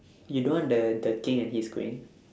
you don't want the the king and his queen